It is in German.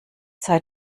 sei